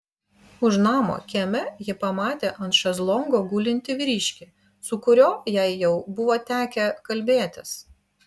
už namo kieme ji pamatė ant šezlongo gulintį vyriškį su kuriuo jai jau buvo tekę kalbėtis